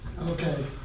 Okay